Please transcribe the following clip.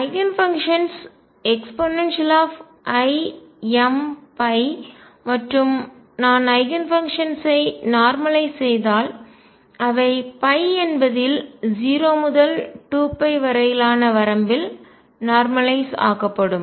eigen functions eimϕ மற்றும் நான் eigen functions ஐ நார்மலய்ஸ் செய்தால் அவை என்பதில் 0 முதல் 2 வரையிலான வரம்பில் நார்மலய்ஸ் ஆக்கப்படும்